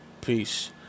peace